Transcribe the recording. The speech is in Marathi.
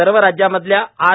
सर्व राज्यांमधल्या आर